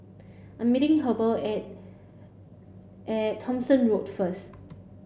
I'm meeting Heber at at Thomson Road first